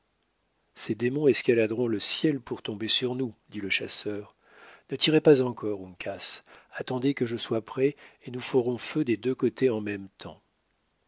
ces démons escaladeront le ciel pour tomber sur nous dit le chasseur ne tirez pas encore uncas attendez que je sois prêt et nous ferons feu des deux côtés en même temps